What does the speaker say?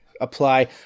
apply